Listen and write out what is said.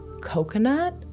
coconut